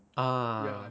ah